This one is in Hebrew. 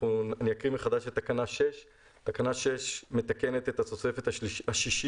אני אקריא מחדש את תקנה 6. תקנה 6 מתקנת את התוספת השישית